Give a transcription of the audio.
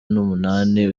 numunani